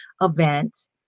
event